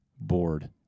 bored